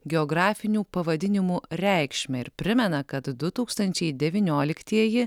geografinių pavadinimų reikšmę ir primena kad du tūkstančiai devynioliktieji